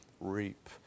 reap